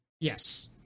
Yes